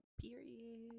period